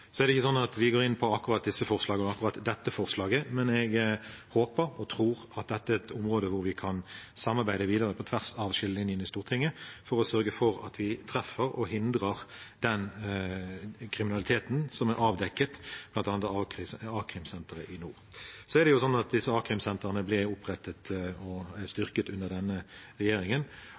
Så er det ikke sånn at vi går inn for akkurat dette forslaget, men jeg håper og tror at dette er et område hvor vi kan samarbeide videre på tvers av skillelinjene i Stortinget for å sørge for at vi treffer og hindrer den kriminaliteten som er avdekket, bl.a. av a-krimsenteret i nord. Disse a-krimsentrene ble opprettet og styrket under denne regjeringen,